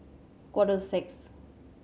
quarter to six